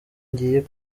ngiye